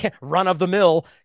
run-of-the-mill